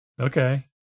Okay